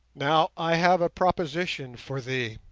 now i have a proposition for thee.